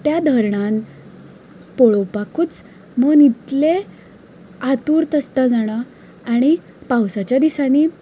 त्या धरणान पळोवपाकूच मन इतलें आतुर्त आसता जाणां आनी पावसाच्या दिसांनी